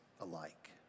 alike